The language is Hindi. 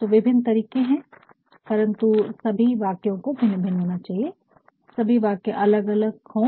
तो विभिन्न तरीके हैं परंतु सभी वाक्यों को भिन्न भिन्न होना चाहिए सभी वाक्य अलग हो